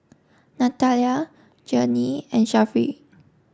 Nathalia Journey and Sharif